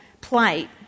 plate